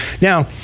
Now